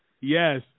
Yes